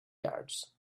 yards